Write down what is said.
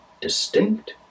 distinct